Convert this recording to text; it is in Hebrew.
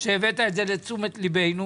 שהבאת את זה לתשומת לבנו.